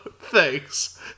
thanks